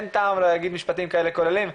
אין טעם להגיד משפטים כאלה כוללים,